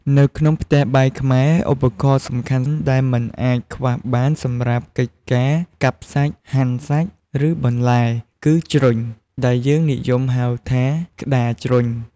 នៅក្នុងផ្ទះបាយខ្មែរ ឧបករណ៍សំខាន់ដែលមិនអាចខ្វះបានសម្រាប់កិច្ចការកាប់សាច់ ហាន់សាច់ ឬបន្លែ គឺ ជ្រញ់ ដែលយើងនិយមហៅថា ក្ដារជ្រញ់។